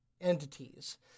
entities